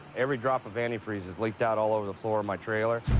every drop of antifreeze has leaked out all over the floor of my trailer.